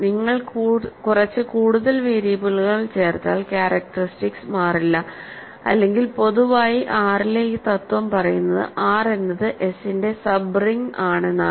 നിങ്ങൾ കുറച്ച് കൂടുതൽ വേരിയബിളുകൾ ചേർത്താൽ ക്യാരക്ടറിസ്റ്റിക്സ് മാറില്ലഅല്ലെങ്കിൽ പൊതുവായി R ലെ ഈ തത്വം പറയുന്നത് R എന്നത് എസ് ന്റെ സബ് റിങ് ആണെന്നാണ്